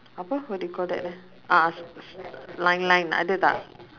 apa what do you call that eh a'ah s~ s~ line line ada tak